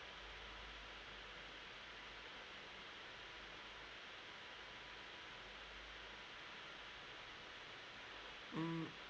mm